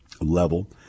level